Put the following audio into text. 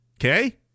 Okay